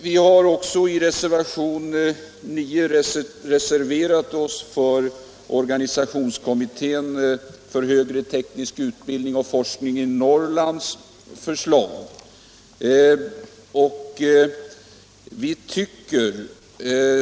Vi har i reservationen 9 reserverat oss för organisationskommitténs för högre teknisk utbildning och forskning i övre Norrland förslag.